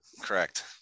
Correct